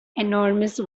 enormous